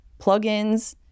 plugins